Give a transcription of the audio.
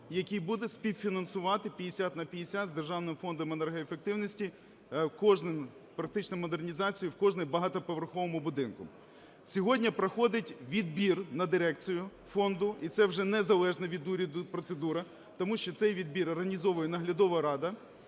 який буде співфінансувати 50 на 50 з державним Фондом енергоефективності кожну практично модернізацію в кожному багатоповерховому будинку. Сьогодні проходить відбір на дирекцію Фонду, і це вже незалежна від уряду процедура, тому що цей відбір організовує Наглядова рада.